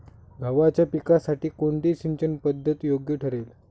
गव्हाच्या पिकासाठी कोणती सिंचन पद्धत योग्य ठरेल?